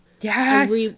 Yes